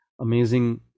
amazing